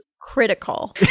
critical